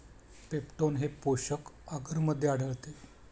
peptone हे पोषक आगरमध्ये आढळते